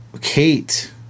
Kate